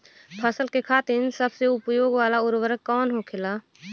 फसल के खातिन सबसे उपयोग वाला उर्वरक कवन होखेला?